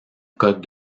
code